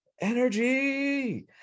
energy